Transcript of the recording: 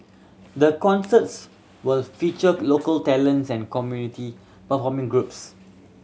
the concerts will feature local talents and community performing groups